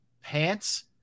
pants